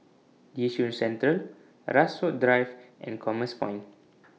Yishun Central Rasok Drive and Commerce Point